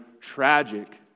tragic